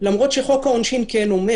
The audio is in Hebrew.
למרות שחוק העונשין כן אומר.